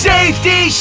Safety